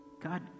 God